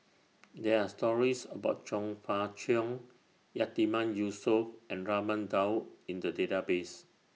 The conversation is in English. There Are stories about Chong Fah Cheong Yatiman Yusof and Raman Daud in The Database